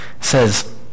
says